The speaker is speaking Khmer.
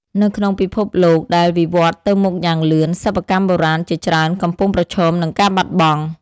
នៅក្នុងពិភពលោកដែលវិវឌ្ឍទៅមុខយ៉ាងលឿន សិប្បកម្មបុរាណជាច្រើនកំពុងប្រឈមនឹងការបាត់បង់។